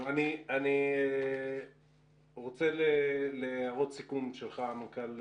אני חושב שזה שינוי מאוד מרענן אחרי שתקופה